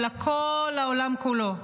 אלא כל העולם כולו.